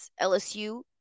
LSU